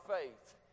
faith